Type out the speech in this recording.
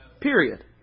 period